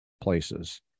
places